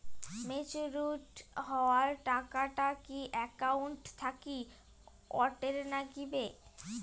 Matured হওয়া টাকাটা কি একাউন্ট থাকি অটের নাগিবে?